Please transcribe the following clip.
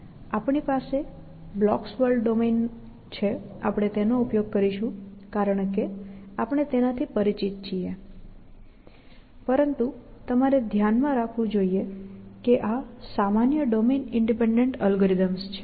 ફરીથી આપણે પાસે બ્લોક્સ વર્લ્ડ ડોમેન નો ઉપયોગ કરીશું કારણ કે આપણે તેનાથી પરિચિત છીએ પરંતુ તમારે ધ્યાનમાં રાખવું જોઇએ કે આ સામાન્ય ડોમેન ઈંડિપેંડેન્ટ અલ્ગોરિધમ્સ છે